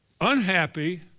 unhappy